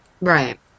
Right